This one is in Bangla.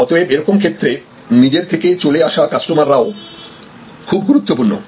অতএবএরকম ক্ষেত্রে নিজের থেকে চলে আসা কাস্টমার রাও খুবই গুরুত্বপূর্ণ